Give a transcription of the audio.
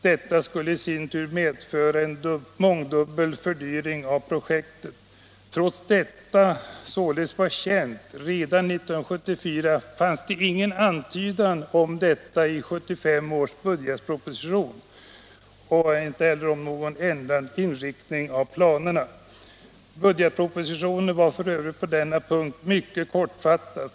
Detta skulle i sin tur medföra en mångdubbel fördyring av projektet. Trots att detta således var känt redan 1974 finns det ingen antydan i 1975 års budgetproposition om någon ändrad inriktning av planerna. Budgetpropositionen var f.ö. på denna punkt mycket kortfattad.